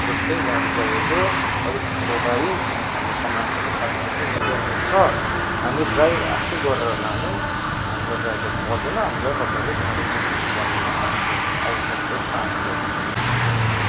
जस्तै गाडी चाहिएको अलिक ठुलो गाडी किनभने हाम्रो सामान पनि सातजनाको निकै नै छ हामी ड्राइभ आफै गरेर लाने हामीलाई ड्राइभर पर्दैन हामीलाई तपाईँले गाडी चाहिँ दिनु पर्ने आवश्यक आवश्यक चाहिँ छ हामीलाई अनि